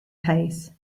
pace